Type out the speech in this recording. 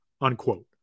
unquote